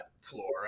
floor